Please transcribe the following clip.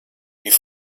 die